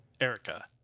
Erica